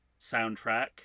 soundtrack